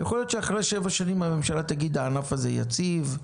יכול להיות שאחרי שבע שנים הממשלה תגיד שהענף הזה יציב,